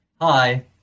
Hi